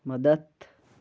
مَدَتھ